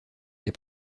les